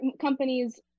companies